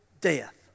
death